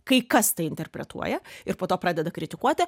kai kas tai interpretuoja ir po to pradeda kritikuoti